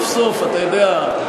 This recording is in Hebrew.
סוף-סוף, אתה יודע,